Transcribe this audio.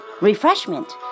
refreshment